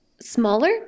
smaller